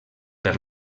per